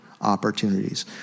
opportunities